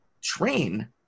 train